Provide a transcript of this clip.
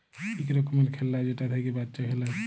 ইক রকমের খেল্লা যেটা থ্যাইকে বাচ্চা খেলে